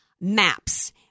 MAPS